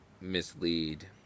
mislead